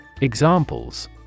Examples